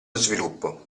sviluppo